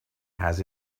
has